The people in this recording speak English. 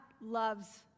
loves